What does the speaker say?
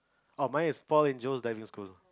oh mine is Paul Angels Diving School